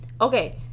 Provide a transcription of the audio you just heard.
Okay